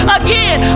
again